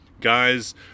guys